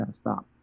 stop